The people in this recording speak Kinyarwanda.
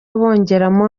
bongeramo